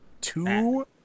Two-